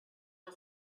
her